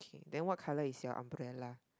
then what colour is your umbrella